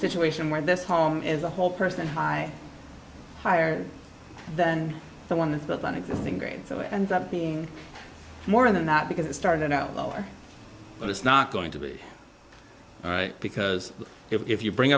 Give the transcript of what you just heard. situation where this home is a whole person high higher than the one with an existing grade so it ends up being more than that because it started out lower but it's not going to be right because if you bring